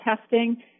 testing